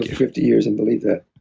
yeah fifty years and believe that.